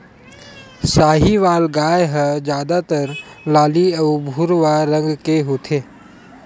साहीवाल गाय ह जादातर लाली अउ भूरवा रंग के होथे